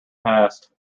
past